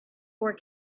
war